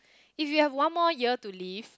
if you have one more year to live